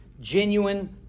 genuine